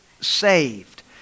saved